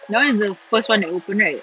that one is the first one that opened right